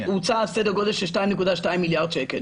ביחד הוצע כ-2.3 מיליארד שקל